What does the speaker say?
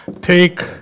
take